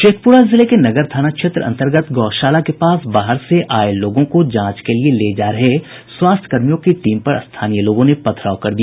शेखप्रा जिले के नगर थाना क्षेत्र अंतर्गत गौशाला के पास बाहर से आए लोगों को जांच के लिए ले जा रहे स्वास्थ्य कर्मियों की टीम पर स्थानीय लोगों ने पथराव कर दिया